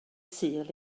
sul